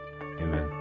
Amen